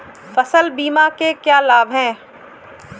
फसल बीमा के क्या लाभ हैं?